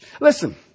Listen